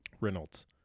Reynolds